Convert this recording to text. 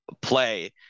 play